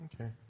Okay